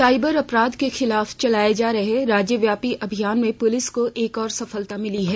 cyber अपराध के खिलाफ चलाये जा रहे राज्यव्यापी अभियान में पुलिस को एक और सफलता मिली है